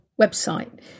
website